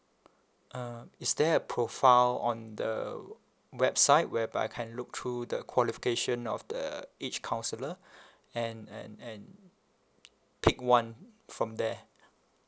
uh is there a profile on the website whereby I can look through the qualification of the each counsellor and and and pick one from there